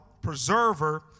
preserver